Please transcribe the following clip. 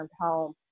home